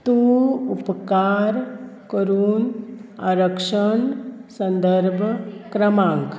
तूं उपकार करून आरक्षण संदर्भ क्रमांक